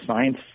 science